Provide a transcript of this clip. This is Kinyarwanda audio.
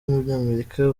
w’umunyamerika